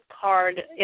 card